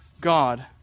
God